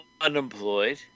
unemployed